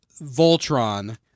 Voltron